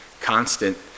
constant